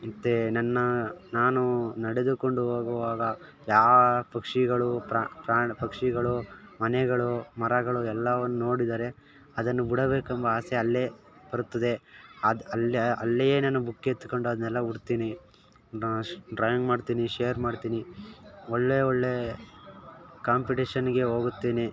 ಇದೇ ನನ್ನ ನಾನು ನಡೆದುಕೊಂಡು ಹೋಗುವಾಗ ಯಾವ ಪಕ್ಷಿಗಳು ಪ್ರಾಣಿ ಪಕ್ಷಿಗಳು ಮನೆಗಳು ಮರಗಳು ಎಲ್ಲವನ್ನು ನೋಡಿದರೆ ಅದನ್ನು ಬಿಡಬೇಕೆಂಬ ಆಸೆ ಅಲ್ಲೇ ಬರುತ್ತದೆ ಅದು ಅಲ್ಲಿ ಅಲ್ಲಿಯೇ ನಾನು ಬುಕ್ ಎತ್ಕೋಂಡು ಅದ್ನೆಲ್ಲ ಬಿಡ್ತೀನಿ ಡ್ರಾಯಿಂಗ್ ಮಾಡ್ತೀನಿ ಶೇರ್ ಮಾಡ್ತೀನಿ ಒಳ್ಳೆಯ ಒಳ್ಳೆಯ ಕಾಂಪಿಟೇಷನ್ನಿಗೆ ಹೋಗುತ್ತೇನೆ